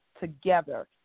together